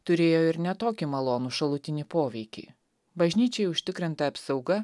turėjo ir ne tokį malonų šalutinį poveikį bažnyčiai užtikrinta apsauga